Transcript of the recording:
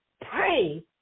Pray